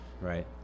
Right